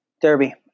Derby